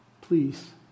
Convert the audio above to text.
Please